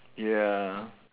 ya